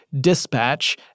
dispatch